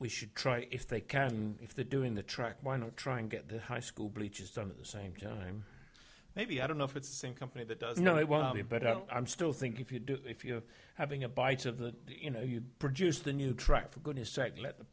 we should try if they can if the doing the track why not try and get the high school bleachers done at the same time maybe i don't know if it's the same company that does you know but i'm still think if you do if you're having a bite of the you know you produce the new track for goodness sake let